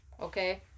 okay